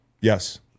Yes